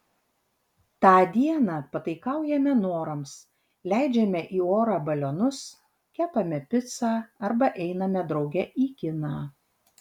tą dieną pataikaujame norams leidžiame į orą balionus kepame picą arba einame drauge į kiną